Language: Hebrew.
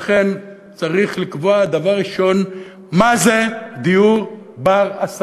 לכן, צריך לקבוע דבר ראשון מה זה דיור בר-השגה.